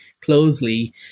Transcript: closely